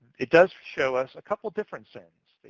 it does show us a couple different sins.